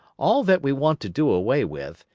all that we want to do away with,